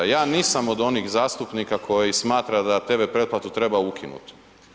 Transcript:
Ja nisam od onih zastupnika koji smatra da TV pretplatu treba ukinuti.